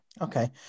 okay